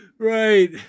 right